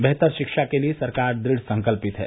बेहतर शिक्षा के लिए सरकार द्रद संकल्पित है